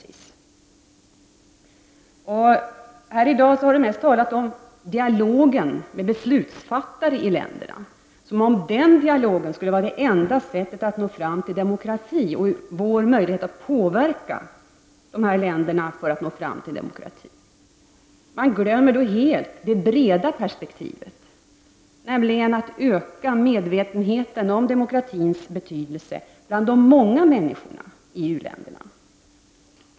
I dag har det mest talats om dialogen med beslutsfattare i u-länderna, som om den dialogen skulle vara det enda sättet att nå fram till demokrati och vår enda möjlighet att påverka dessa länder för att de skall åstadkomma demokrati. Man glömmer då helt det breda perspektivet, nämligen att det är nödvändigt att öka medvetenheten om demokratins betydelse bland de många människorna i u-länderna.